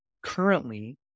currently